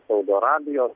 saudo arabijos